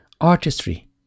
artistry